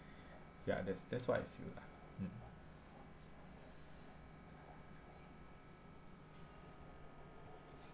ya that's that's what I feel lah mm